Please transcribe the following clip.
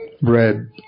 bread